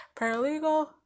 Paralegal